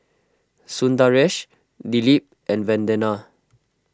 Sundaresh Dilip and Vandana